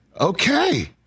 Okay